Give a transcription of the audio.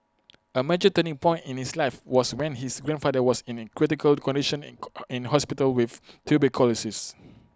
A major turning point in his life was when his grandfather was in A critical condition in in hospital with tuberculosis